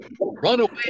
runaway